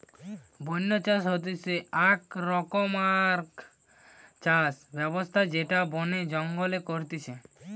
বন্য চাষ হতিছে আক রকমকার চাষ ব্যবস্থা যেটা বনে জঙ্গলে করতিছে